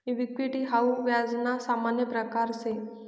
equity हाऊ व्याज ना सामान्य प्रकारसे